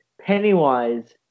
Pennywise